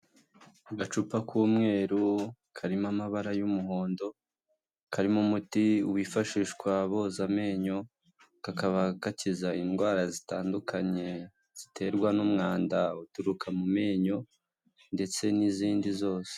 Agacupa k'umweru karimo amabara y'umuhondo karimo umuti wifashishwa boza amenyo, kakaba gakiza indwara zitandukanye ziterwa n'umwanda uturuka mu menyo ndetse n'izindi zose.